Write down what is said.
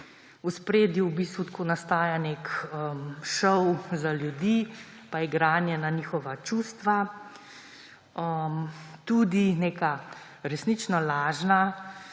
V ospredju tako nastaja nek šov za ljudi pa je igranje na njihova čustva, tudi neka resnično lažna